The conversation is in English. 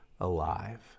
alive